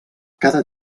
cada